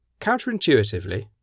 Counterintuitively